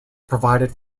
provided